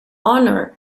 honoured